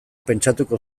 pentsatuko